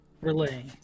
relay